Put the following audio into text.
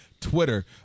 Twitter